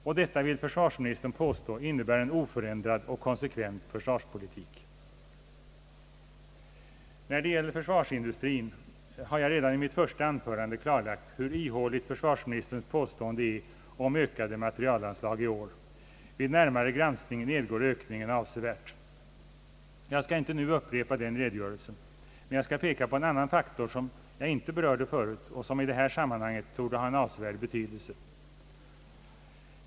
Och försvarsministern vill påstå att detta innebär en oförändrad och konsekvent försvarspolitik! När det gäller försvarsindustrin har jag redan i mitt första anförande klarlagt hur ihåligt försvarsministerns påstående om ökade materielanslag i år är. Vid närmare granskning nedgår ökningen avsevärt. Jag skall inte nu upprepa den redogörelsen, men jag skall peka på en annan faktor som jag inte berörde förut och som i det här sammanhanget torde ha avsevärd betydelse.